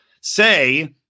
say